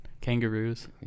kangaroos